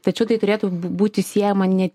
tačiau tai turėtų b būti siejama ne